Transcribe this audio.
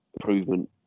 improvement